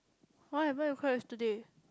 why why you cry yesterday